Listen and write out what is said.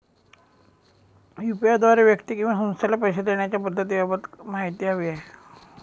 UPI द्वारे व्यक्ती किंवा संस्थेला पैसे देण्याच्या पद्धतींबाबत माहिती हवी आहे